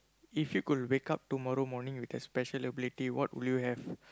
if you could wake up tomorrow morning with a special ability what would you have